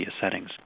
settings